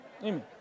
Amen